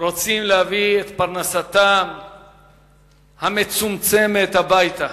רוצים להביא את פרנסתם המצומצמת הביתה.